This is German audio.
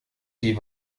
die